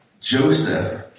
Joseph